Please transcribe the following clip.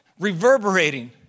reverberating